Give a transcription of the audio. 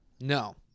No